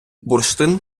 бурштин